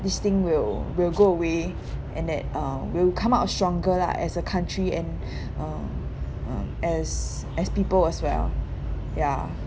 this thing will will go away and that uh we'll come out stronger lah as a country and uh um as as people as well ya